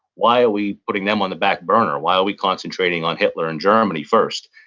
why are we putting them on the back burner? why are we concentrating on hitler in germany first?